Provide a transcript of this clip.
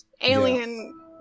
Alien